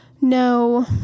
no